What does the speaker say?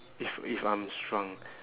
if if I'm shrunk